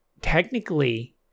technically